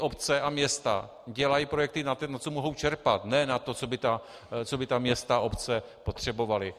Obce a města dělají projekty na to, co mohou čerpat, ne na to, co by města a obce potřebovaly.